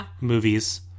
movies